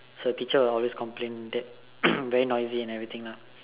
so teacher will always complain that very noisy and everything lah